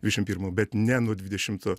dvidešim pirmo bet ne nuo dvidešimto